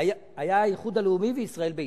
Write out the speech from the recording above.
האיחוד הלאומי וישראל ביתנו.